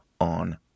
on